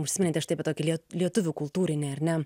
užsiminėte štai apie tokį lie lietuvių kultūrinį ar ne